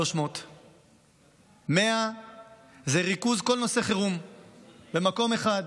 300. 100 זה ריכוז כל נושא חירום במקום אחד,